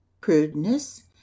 prudeness